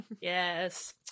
Yes